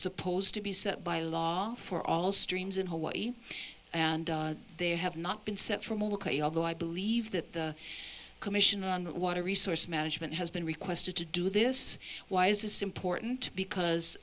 supposed to be set by law for all streams in hawaii and they have not been set for although i believe that the commission on water resource management has been requested to do this why is this important because